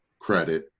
credit